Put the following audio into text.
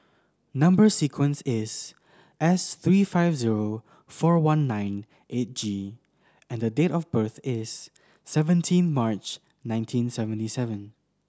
number sequence is S three five zero four one nine eight G and date of birth is seventeen March nineteen seventy seven